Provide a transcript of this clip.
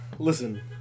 Listen